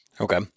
Okay